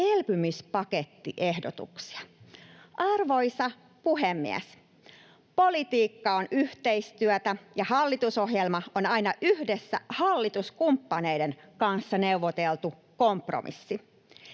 elpymispakettiehdotuksia. Arvoisa puhemies! Politiikka on yhteistyötä, ja hallitusohjelma on aina yhdessä hallituskumppaneiden kanssa neuvoteltu kompromissi.